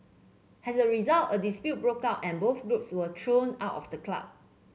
as a result a dispute broke out and both groups were thrown out of the club